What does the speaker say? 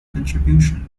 contribution